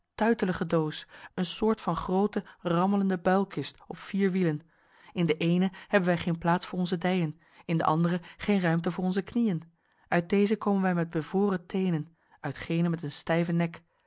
tuitelige doos een soort van groote rammelende builkist op vier wielen in de eene hebben wij geen plaats voor onze dijen in de andere geen ruimte voor onze knieën uit deze komen wij met bevroren teenen uit gene met een stijven nek